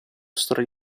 storia